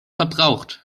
verbraucht